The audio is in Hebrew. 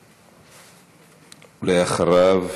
ואחריו,